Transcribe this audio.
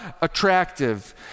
attractive